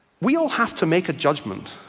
we all have to make a judgement,